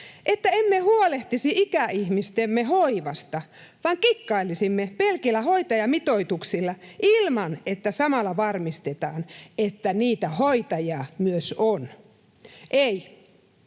että emme huolehtisi ikäihmistemme hoivasta vaan kikkailisimme pelkillä hoitajamitoituksilla ilman että samalla varmistettaisiin, että niitä hoitajia myös on? Ei!